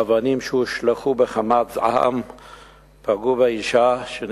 האבנים שהושלכו בחמת זעם פגעו באשה והיא